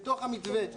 בתוך המתווה,